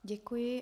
Děkuji.